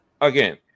again